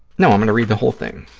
no, i'm going to read the whole thing.